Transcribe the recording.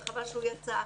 וחבל שהוא יצא,